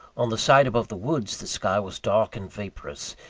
on the side above the woods, the sky was dark and vaporous.